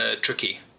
tricky